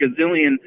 gazillion